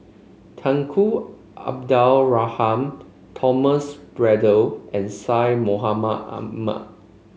Tunku Abdul Rahman Thomas Braddell and Syed Mohamed Ahmed